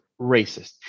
racist